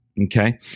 Okay